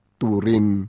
turin